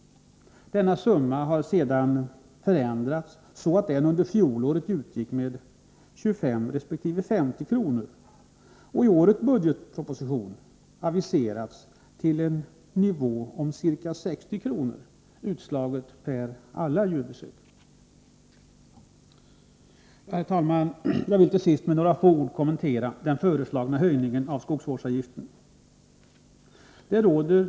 Denna summa har sedan ändrats, så att den under fjolåret var 25-50 kr., och i årets budgetproposition aviseras den till en nivå på ca 60 kr., utslaget på samtliga djursjukbesök. Herr talman! Jag vill till sist med några få ord kommentera den föreslagna höjningen av skogsvårdsavgiften.